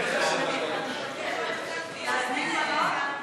להזמין מלון?